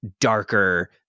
darker